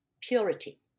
purity